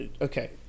okay